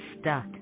stuck